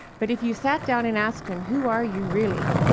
but if you sat down and asked him, who are you really,